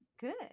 good